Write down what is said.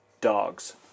dogs